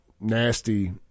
nasty